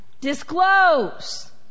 disclose